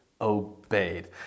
obeyed